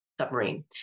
submarine